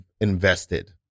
invested